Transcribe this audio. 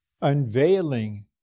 unveiling